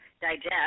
digest